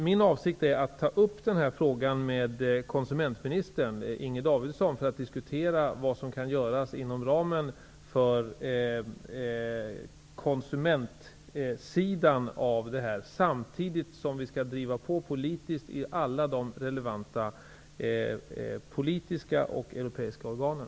Min avsikt är att ta upp den här frågan med konsumentministern, Inger Davidson, för att diskutera vad som kan göras på konsumentsidan. Samtidigt skall vi driva på politiskt i alla de relevanta europeiska organen.